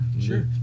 Sure